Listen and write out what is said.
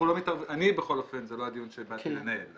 אנחנו לא, אני בכל אופן, זה לא הדיון שבאתי לנהל.